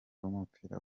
w’umupira